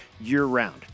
year-round